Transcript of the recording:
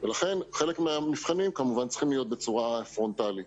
לכן חלק מהמבחנים כמובן צריכים להיות בצורה פרונטלית.